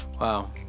Wow